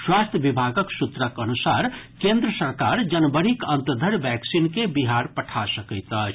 स्वास्थ्य विभागक सूत्रक अनुसार केन्द्र सरकार जनवरीक अंत धरि वैक्सीन के बिहार पठा सकैत अछि